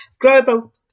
global